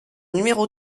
numéro